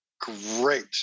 great